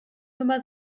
nummer